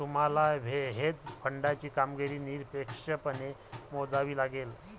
तुम्हाला हेज फंडाची कामगिरी निरपेक्षपणे मोजावी लागेल